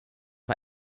var